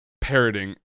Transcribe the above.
parroting